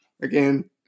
again